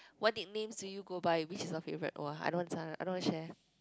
what nicknames do you go by which is your favorite !wah! I don't want answer I don't want to share